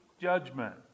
judgment